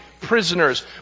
prisoners